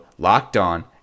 LOCKEDON